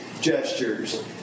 gestures